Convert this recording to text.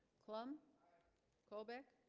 clumb colbeck